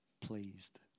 pleased